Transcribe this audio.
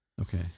Okay